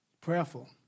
prayerful